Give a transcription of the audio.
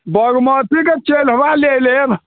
बागमतीके चेल्हवा ले लेब